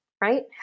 right